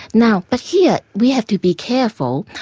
now but here, we have to be careful.